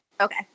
Okay